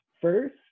first